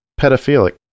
pedophilic